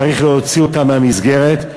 צריך להוציא אותם מהמסגרת,